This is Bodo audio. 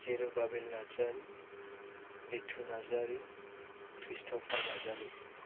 जिरुबाबेल नारजारि बिटु नारजारि क्रृष्टफार नारजारि